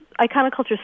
iconoculture